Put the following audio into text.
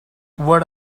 what